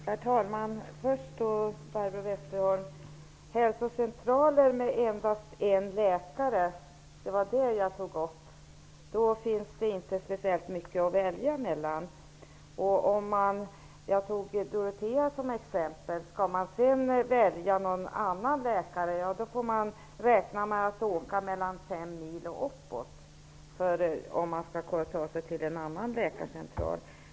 Herr talman! Jag tog upp problemet med hälsocentraler med endast en läkare, Barbro Westerholm. Då finns det inte speciellt mycket att välja mellan. Jag tog Dorotea såsom exempel. Skall man sedan välja en annan läkare, får man åka fem mil eller längre för att ta sig till en annan läkarcentral.